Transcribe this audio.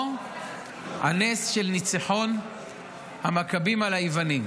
או הנס של ניצחון המכבים על היוונים?